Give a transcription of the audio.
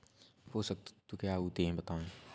पोषक तत्व क्या होते हैं बताएँ?